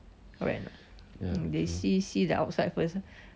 correct or not they see see the outside first